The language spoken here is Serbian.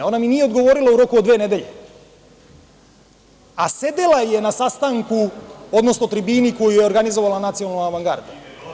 Ona mi nije odgovorila u roku od dve nedelje, a sedela je na sastanku, odnosno tribini koju je organizovala „Nacionalna avangarda“